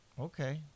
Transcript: Okay